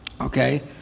okay